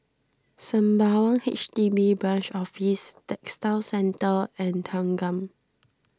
Sembawang H D B Branch Office Textile Centre and Thanggam